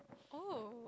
oh